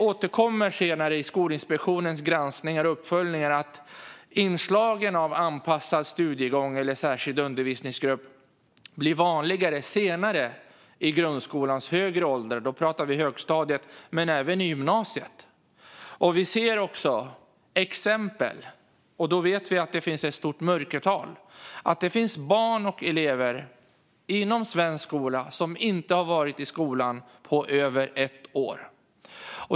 I Skolinspektionens granskningar och uppföljningar återkommer detta. Inslagen av anpassad studiegång eller särskild undervisningsgrupp blir vanligare senare, i de högre åldrarna och längre upp i grundskolan - då pratar vi om högstadiet - men även i gymnasiet. Vi ser också exempel på - och vi vet att mörkertalet är stort - att det finns barn och elever inom svensk skola som inte har varit i skolan på över ett år.